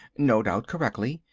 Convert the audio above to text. no doubt correctly,